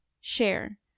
share